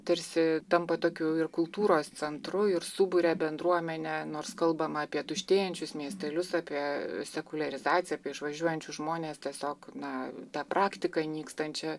tarsi tampa tokiu ir kultūros centru ir suburia bendruomenę nors kalbama apie tuštėjančius miestelius apie sekuliarizaciją išvažiuojančius žmones tiesiog na tą praktiką nykstančią